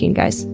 guys